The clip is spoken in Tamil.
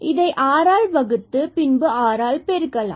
இதை r ஆல் வகுத்து பின்பு r ஆல் பெருக்கலாம்